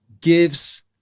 gives